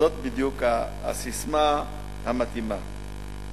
זאת בדיוק הססמה המתאימה.